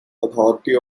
authority